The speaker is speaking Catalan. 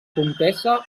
comtessa